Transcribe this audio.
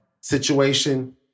situation